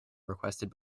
requested